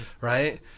right